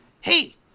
Hey